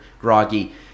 groggy